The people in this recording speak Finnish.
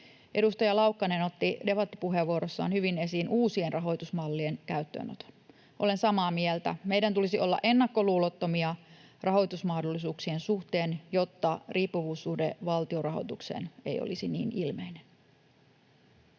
Edustaja Laukkanen otti debattipuheenvuorossaan hyvin esiin uusien rahoitusmallien käyttöönoton. Olen samaa mieltä. Meidän tulisi olla ennakkoluulottomia rahoitusmahdollisuuksien suhteen, jotta riippuvuussuhde valtionrahoitukseen ei olisi niin ilmeinen.